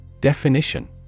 Definition